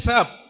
up